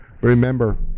remember